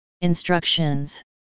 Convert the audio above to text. Instructions